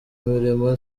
imirimo